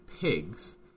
pigs